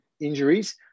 Injuries